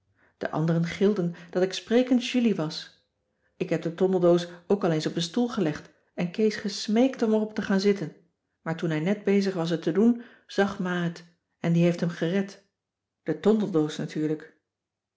de anderen gilden dat ik sprekend julie was ik heb de tondeldoos ook al eens op een stoel gelegd en kees gesmeekt om er op te gaan zitten maar toen hij net bezig was het te doen zag ma het en die heeft hem gered de tondeldoos natuurlijk